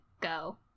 go